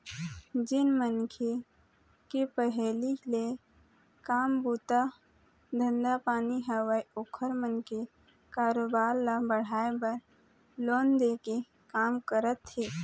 जेन मनखे के पहिली ले काम बूता धंधा पानी हवय ओखर मन के कारोबार ल बढ़ाय बर लोन दे के काम करत हे